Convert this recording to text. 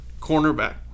cornerback